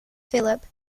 philippe